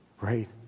right